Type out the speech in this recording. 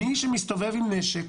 מי שמסתובב עם נשק,